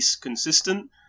consistent